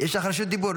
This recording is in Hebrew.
יש לך רשות דיבור.